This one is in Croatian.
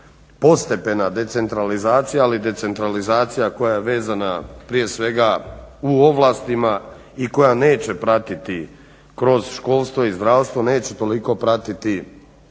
postepena decentralizacija, ali decentralizacija koja je vezana prije svega u ovlastima i koja neće pratiti kroz školstvo i zdravstvo neće toliko pratiti